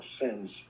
sins